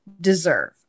deserve